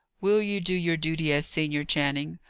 will you do your duty as senior, channing?